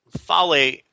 Fale